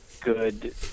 good